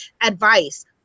advice